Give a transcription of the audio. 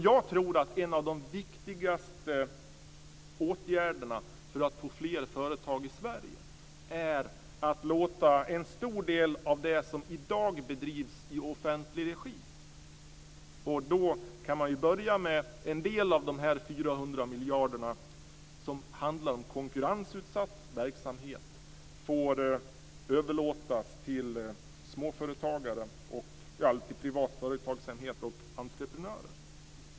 Jag tror att en av de viktigaste åtgärderna för att få fler företag i Sverige är att en stor del av det som i dag bedrivs i offentlig regi - och då kan man ju börja med en del av de här 400 miljarderna som handlar om konkurrensutsatt verksamhet - får överlåtas till småföretagare och annan privat företagsamhet och entreprenörer.